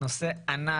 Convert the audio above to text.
נושא ענק,